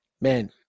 man